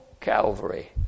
Calvary